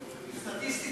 יכולת להגיד את זה,